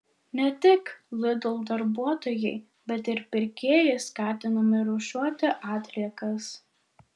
ne tik lidl darbuotojai bet ir pirkėjai skatinami rūšiuoti atliekas